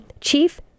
Chief